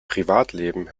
privatleben